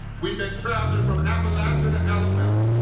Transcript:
we've been traveling from appalachia to alabama,